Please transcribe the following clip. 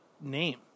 name